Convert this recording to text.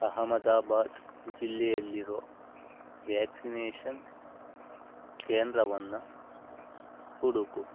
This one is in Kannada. ಅಹಮದಬಾದ್ ಜಿಲ್ಲೆಯಲ್ಲಿರೋ ವ್ಯಾಕ್ಸಿನೇಷನ್ ಕೇಂದ್ರವನ್ನು ಹುಡುಕು